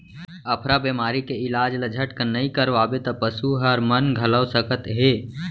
अफरा बेमारी के इलाज ल झटकन नइ करवाबे त पसू हर मन घलौ सकत हे